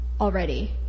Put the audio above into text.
already